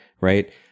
Right